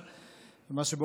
מה שבאופן טבעי,